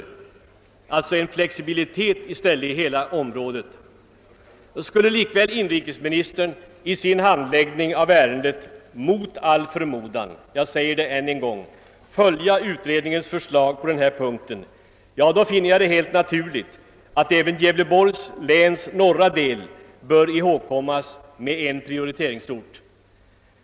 Det skall alltså vara en flexibilitet inom hela området. Skulle likväl inrikesministern i sin handläggning av ärendet mot all förmodan — jag säger det än en gång — följa utredningens förslag på denna punkt, så finner jag det helt naturligt att även Gävleborgs läns norra del bör ihågkommas med en Pprioriteringsort.